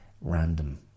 random